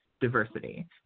diversity